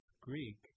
Greek